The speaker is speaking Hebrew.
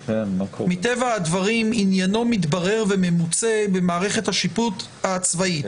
מטבע הדברים עניינו מתברר וממוצה במערכת השיפוט הצבאית,